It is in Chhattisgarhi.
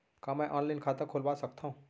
का मैं ऑनलाइन खाता खोलवा सकथव?